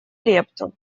лепту